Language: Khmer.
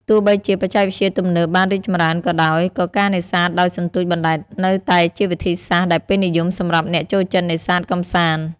ទោះបីជាបច្ចេកវិទ្យាទំនើបបានរីកចម្រើនក៏ដោយ ក៏ការនេសាទដោយសន្ទូចបណ្ដែតនៅតែជាវិធីសាស្ត្រដែលពេញនិយមសម្រាប់អ្នកចូលចិត្តនេសាទកម្សាន្ត។